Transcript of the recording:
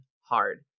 hard